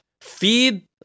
feed